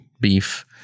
beef